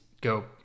go